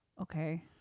Okay